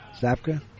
Zapka